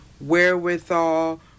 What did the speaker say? wherewithal